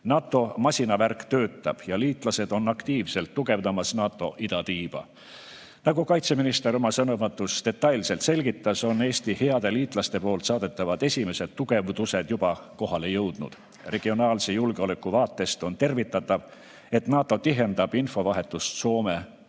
NATO masinavärk töötab ja liitlased on aktiivselt tugevdamas NATO idatiiba. Nagu kaitseminister oma sõnavõtus detailselt selgitas, on Eesti heade liitlaste poolt saadetavad esimesed tugevdused juba kohale jõudnud. Regionaalse julgeoleku vaates on tervitatav, et NATO tihendab infovahetust Soome ja